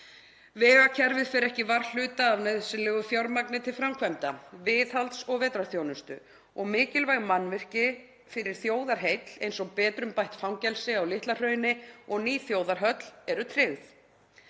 Vegakerfið fer ekki varhluta af nauðsynlegu fjármagni til framkvæmda, viðhalds- og vetrarþjónustu og mikilvæg mannvirki fyrir þjóðarhöll eins og betrumbætt fangelsi á Litla-Hrauni og ný þjóðarhöll eru tryggð.